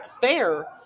fair